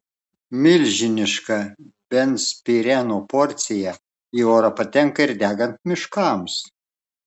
milžiniška benzpireno porcija į orą patenka ir degant miškams